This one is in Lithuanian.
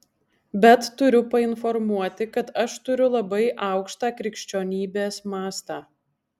bet turiu painformuoti kad aš turiu labai aukštą krikščionybės mastą